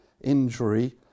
injury